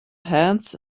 hands